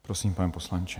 Prosím, pane poslanče.